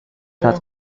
platz